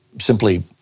simply